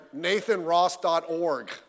NathanRoss.org